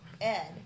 Ed